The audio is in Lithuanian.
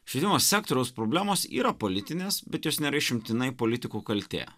švietimo sektoriaus problemos yra politinės bet jos nėra išimtinai politikų kaltė